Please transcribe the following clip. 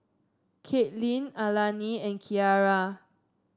Katelynn Alani and Kiara